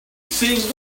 seems